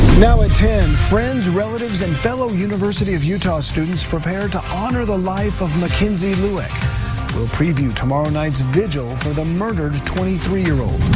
now at ten friends, relatives and fellow university of utah students prepare to honor the life of mackenzie lueck we'll preview tomorrow night's vigil for the murdered twenty three year old.